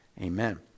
Amen